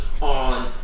on